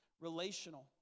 relational